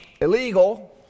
illegal